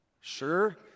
sure